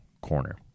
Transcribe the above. corner